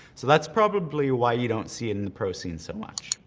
so that's probably why you don't see it in the pro scenes so much.